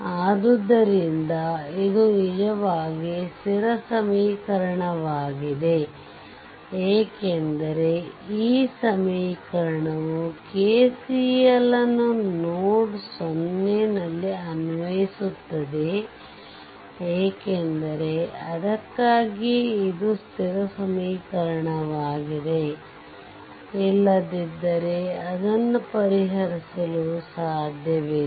ಆದ್ದರಿಂದ ಇದು ನಿಜವಾಗಿ ಸ್ಥಿರ ಸಮೀಕರಣವಾಗಿದೆ ಏಕೆಂದರೆ ಈ ಸಮೀಕರಣವು KCL ಅನ್ನು ನೋಡ್ o ನಲ್ಲಿ ಅನ್ವಯಿಸುತ್ತದೆ ಏಕೆಂದರೆ ಅದಕ್ಕಾಗಿಯೇ ಇದು ಸ್ಥಿರ ಸಮೀಕರಣವಾಗಿದೆ ಇಲ್ಲದಿದ್ದರೆ ಅದನ್ನು ಪರಿಹರಿಸಲು ಸಾಧ್ಯವಿಲ್ಲ